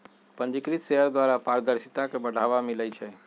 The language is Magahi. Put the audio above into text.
पंजीकृत शेयर द्वारा पारदर्शिता के बढ़ाबा मिलइ छै